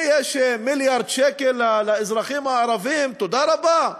מיליארד שקל לאזרחים הערבים, תודה רבה.